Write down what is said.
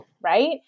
right